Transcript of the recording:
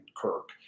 Kirk